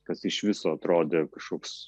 kas iš viso atrodė kažkoks